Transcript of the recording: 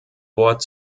wort